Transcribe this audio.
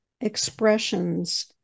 expressions